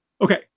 Okay